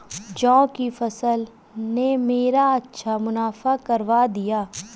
जौ की फसल ने मेरा अच्छा मुनाफा करवा दिया